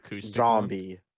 zombie